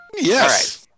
Yes